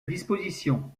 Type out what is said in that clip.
disposition